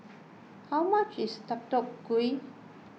how much is Deodeok Gui